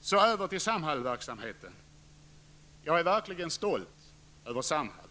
Så över till Samhallsverksamheten. Jag är verkligen stolt över Samhall.